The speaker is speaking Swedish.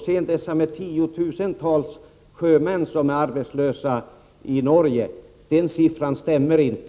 Så till de tiotusentals sjömän som enligt Birger Rosqvist går arbetslösa i Norge. Den siffran stämmer inte.